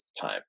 time